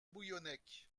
bouillonnec